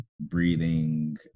breathing